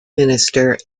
minister